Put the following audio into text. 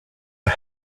are